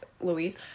Louise